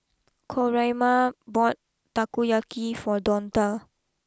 Coraima bought Takoyaki for Donta